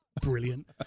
Brilliant